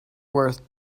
worth